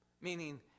meaning